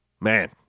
man